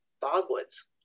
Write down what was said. dogwoods